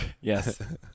Yes